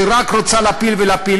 שהיא רק רוצה להפיל ולהפיל?